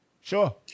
Sure